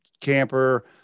camper